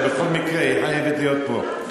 זה בכל מקרה, היא חייבת להיות פה.